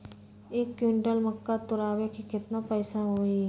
एक क्विंटल मक्का तुरावे के केतना पैसा होई?